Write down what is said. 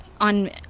on